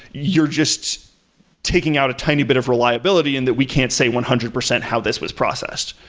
you're just taking out a tiny bit of reliability and that we can't say one hundred percent how this was processed.